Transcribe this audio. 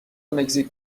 مکزیک